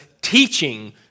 teaching